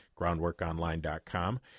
groundworkonline.com